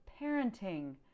parenting